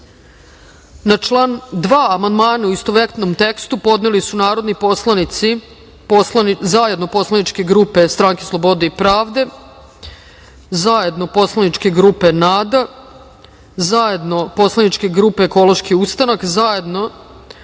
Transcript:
član 2. amandman u istovetnom tekstu podneli su narodni poslanici zajedno poslaničke grupe Strane slobode i pravde, zajedno poslaničke grupe NADA, zajedno poslaničke grupe Ekološki ustanak, zajedno